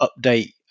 update